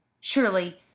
surely